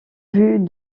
vue